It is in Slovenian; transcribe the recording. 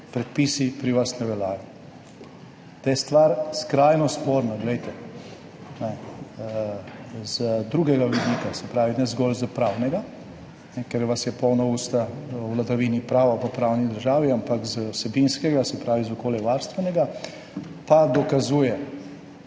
predpisi pri vas ne veljajo. Da je stvar skrajno sporna, z drugega vidika, se pravi ne zgolj s pravnega, ker so vas polna usta o vladavini prava v pravni državi, ampak z vsebinskega, se pravi z okoljevarstvenega, pa dokazuje